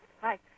Hi